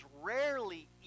rarely